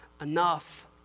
enough